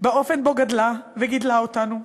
באופן שבו גדלה וגידלה אותנו,